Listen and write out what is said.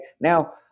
now